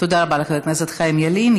תודה רבה לחבר הכנסת חיים ילין.